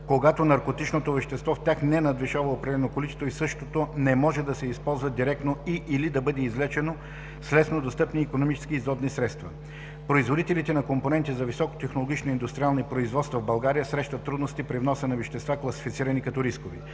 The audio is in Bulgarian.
когато наркотичното вещество в тях не надвишава определено количество и същото не може да се използва директно и/или да бъде извлечено с лесно достъпни и икономически изгодни средства. Производителите на компоненти за високотехнологични индустриални производства в България срещат трудности при вноса на вещества, класифицирани като рискови.